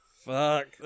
fuck